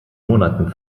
monaten